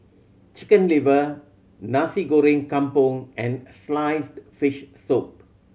Chicken Liver Nasi Goreng Kampung and sliced fish soup